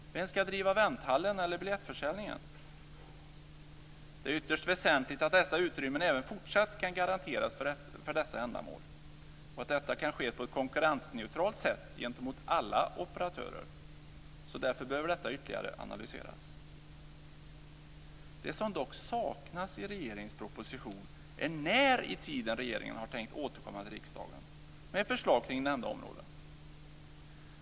Vem ska driva vänthallen eller biljettförsäljningen? Det är ytterst väsentligt att dessa utrymmen även fortsatt kan garanteras för dessa ändamål och att detta kan ske på ett konkurrensneutralt sätt gentemot alla operatörer. Därför behöver detta ytterligare analyseras. Det som dock saknas i regeringens proposition är när i tiden regeringen har tänkt återkomma till riksdagen med förslag kring nämnda områden.